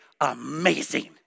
amazing